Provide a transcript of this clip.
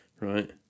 Right